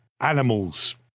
animals